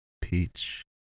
peach